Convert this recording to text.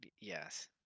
Yes